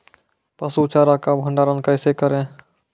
पसु चारा का भंडारण कैसे करें?